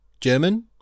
german